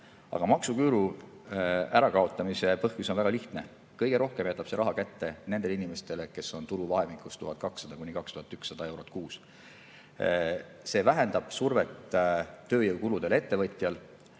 Aga maksuküüru ärakaotamise põhjus on väga lihtne. Kõige rohkem jätab see raha kätte nendele inimestele, kes teenivad tulu vahemikus 1200–2100 eurot kuus. See vähendab survet tööjõukuludele ettevõtjal